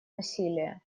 насилия